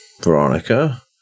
Veronica